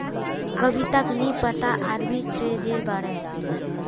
कविताक नी पता आर्बिट्रेजेर बारे